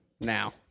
now